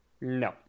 no